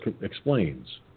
explains